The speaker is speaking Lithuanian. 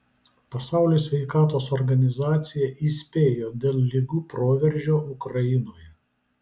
pasaulio sveikatos organizacija įspėjo dėl ligų proveržio ukrainoje